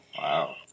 Wow